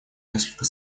несколько